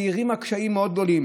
שהערימה קשיים מאוד גדולים.